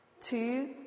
Two